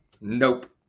Nope